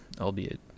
albeit